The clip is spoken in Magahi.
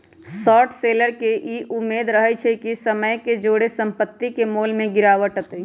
शॉर्ट सेलर के इ उम्मेद रहइ छइ कि समय के जौरे संपत्ति के मोल में गिरावट अतइ